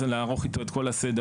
לערוך איתו את כל הסדר,